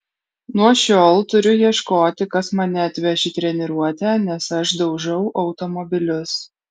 nuo šiol turiu ieškoti kas mane atveš į treniruotę nes aš daužau automobilius